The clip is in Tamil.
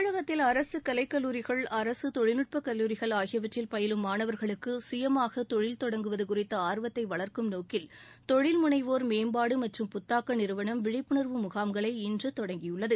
தமிழகத்தில் அரசு கலைக் கல்லூரிகள் அரசு தொழில்நுட்பக் கல்லூரிகள் ஆகியவற்றில் பயிலும் மாணவர்களுக்கு சுயமாக தொழில் தொடங்குவது குறித்த ஆர்வத்தை வளர்க்கும் நோக்கில் தொழில் முனைவோர் மேம்பாடு மற்றும் புத்தாக்க நிறுவனம் விழிப்புணர்வு முகாம்களை இன்று தொடங்கியுள்ளது